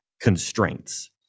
constraints